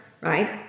right